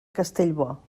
castellbò